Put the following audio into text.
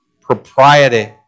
propriety